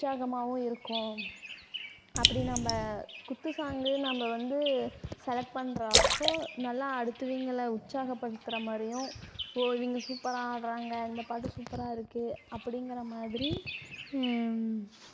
உற்சாகமாகவும் இருக்கும் அப்படி நம்ம குத்து சாங்கு நம்ம வந்து செலக்ட் பண்ணுறப்போ நல்லா அடுத்தவங்கள உற்சாகப் படுத்துகிற மாதிரியும் ஓ இவங்க சூப்பராக ஆடுறாங்க இந்த பாட்டு சூப்பராக இருக்குது அப்படிங்கற மாதிரி